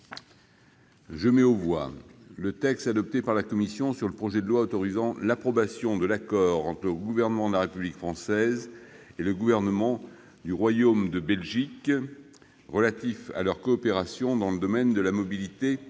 Je mets aux voix le texte adopté par la commission sur le projet de loi autorisant l'approbation de l'accord entre le Gouvernement de la République française et le Gouvernement du Royaume de Belgique relatif à leur coopération dans le domaine de la mobilité terrestre